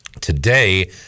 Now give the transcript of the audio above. Today